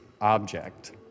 object